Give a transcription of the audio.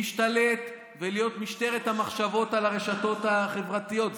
אתם רוצים להשתלט ולהיות משטרת המחשבות על הרשתות החברתיות.